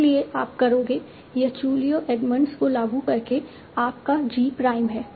इसलिए आप करोगे यह चू लियू एडमंड्स को लागू करके आपका G प्राइम है